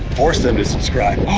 force them to subscribe.